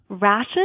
rashes